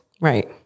Right